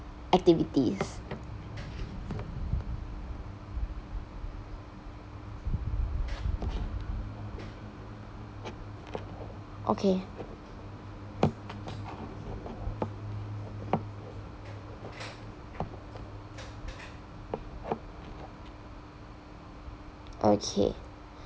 activities okay okay